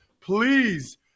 Please